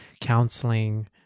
Counseling